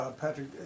Patrick